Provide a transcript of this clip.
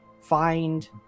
find